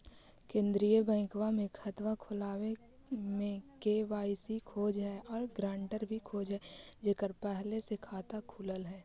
केंद्रीय बैंकवा मे खतवा खोलावे मे के.वाई.सी खोज है और ग्रांटर भी खोज है जेकर पहले से खाता खुलल है?